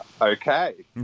Okay